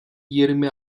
yirmi